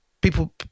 people